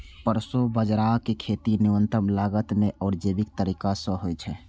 proso बाजाराक खेती न्यूनतम लागत मे आ जैविक तरीका सं होइ छै